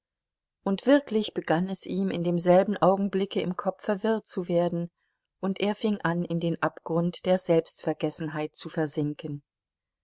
und wirklich begann es ihm in demselben augenblicke im kopfe wirr zu werden und er fing an in den abgrund der selbstvergessenheit zu versinken